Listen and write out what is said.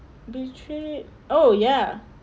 betrayed oh ya